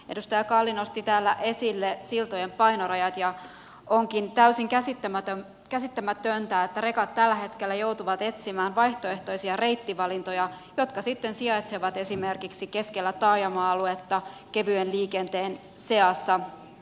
edustaja kalli nosti täällä esille siltojen painorajat ja onkin täysin käsittämätöntä että rekat tällä hetkellä joutuvat etsimään vaihtoehtoisia reittivalintoja jotka sitten sijaitsevat esimerkiksi keskellä taajama aluetta kevyen liikenteen seassa